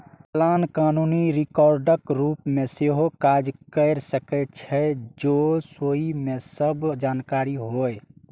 चालान कानूनी रिकॉर्डक रूप मे सेहो काज कैर सकै छै, जौं ओइ मे सब जानकारी होय